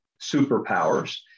superpowers